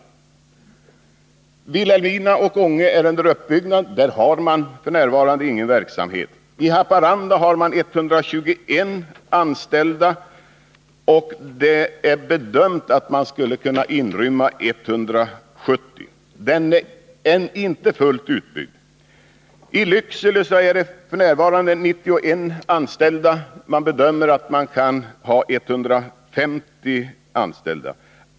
I Vilhelmina och Ånge är verksamheten under uppbyggnad — där har man f.n. ingen verksamhet. I Haparanda har man 121 anställda. Man har bedömt att man skulle kunna inrymma 170 anställda. Verksamheten är alltså inte fullt utbyggd. I Lycksele är det f. n. 91 anställda. Man bedömer att man kan ha 150 anställda.